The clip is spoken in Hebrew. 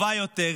טובה יותר,